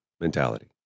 mentality